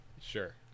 Sure